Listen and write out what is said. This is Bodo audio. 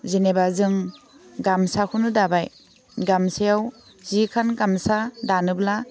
जेनेबा जों गामसाखौनो दाबाय गामसायाव जि खान गामसा दानोब्ला